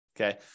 okay